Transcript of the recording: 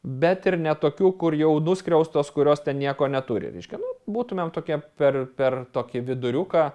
bet ir ne tokių kur jau nuskriaustos kurios ten nieko neturi reiškia nu būtumėm tokia per per tokį viduriuką